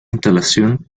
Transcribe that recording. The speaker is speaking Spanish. instalación